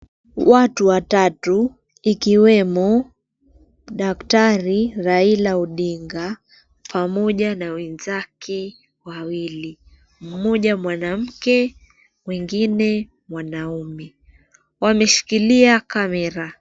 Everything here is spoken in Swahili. Watu watatu ikiwemo Daktari Raila Odinga pamoja na wenzake wawili; mmoja mwanamke, mwengine mwanaume. Wameshikilia kamera.